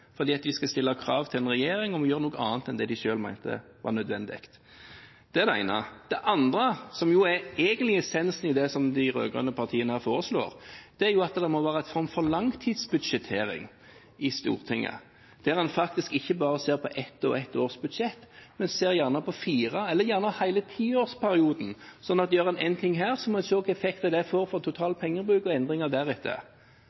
skal stille krav til denne regjeringen om å gjøre noe annet enn det de selv mente var nødvendig. Det er det ene. Det andre, som egentlig er essensen i det de rød-grønne partiene her foreslår, er at det må være en form for langtidsbudsjettering i Stortinget, der en faktisk ikke bare ser på ett og ett års budsjett, men gjerne ser på fire år eller hele tiårsperioden, slik at hvis en gjør én ting her, må en se hvilken effekt det får for